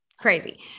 crazy